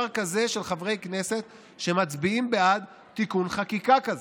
כזה של חברי כנסת שמצביעים בעד תיקון חקיקה כזה.